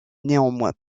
néanmoins